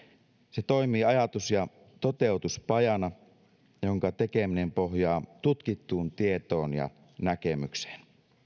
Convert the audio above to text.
se toimii ajatus ja toteutuspajana jonka tekeminen pohjaa tutkittuun tietoon ja näkemykseen